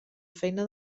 feina